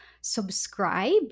subscribe